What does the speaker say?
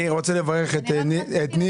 אני רוצה לברך את נירה,